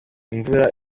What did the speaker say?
imvura